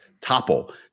topple